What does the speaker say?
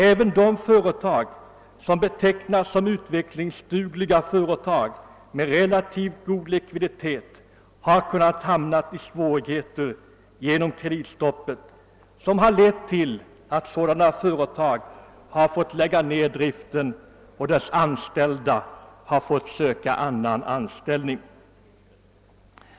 även de företag, som kan betecknas som utvecklingsdugliga företag med relativt god likviditet, har kunnat hamna i svårigheter på grund av kreditstoppet, vilket har lett till att också sådana företag har fått lägga ned driften och deras anställda har fått söka annan anställning.